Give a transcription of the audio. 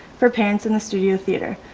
for parents in the studio theater.